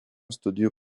studijų